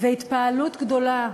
והתפעלות גדולה